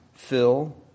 Phil